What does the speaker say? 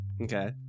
Okay